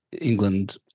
England